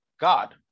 God